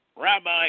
Rabbi